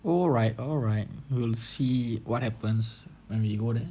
all right all right we'll see what happens when we go there